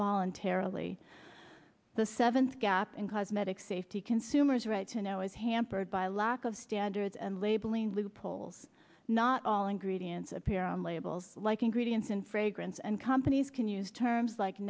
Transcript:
voluntarily the seventh gap in cosmetic safety consumers right to know is hampered by a lack of standards and labeling loopholes not all ingredients appear on labels like ingredients in fragrance and companies can use terms like